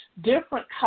different